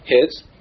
heads